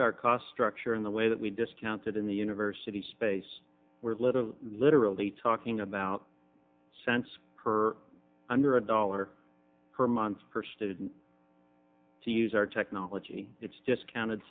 at our cost structure in the way that we discounted in the university space we're literally literally talking about cents per under a dollar per month per student to use our technology it's discounted